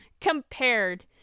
compared